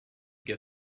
get